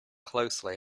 closely